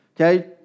okay